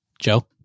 Joe